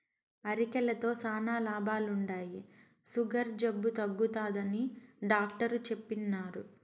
అరికెలతో శానా లాభాలుండాయి, సుగర్ జబ్బు తగ్గుతాదని డాట్టరు చెప్పిన్నారు